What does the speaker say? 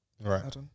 right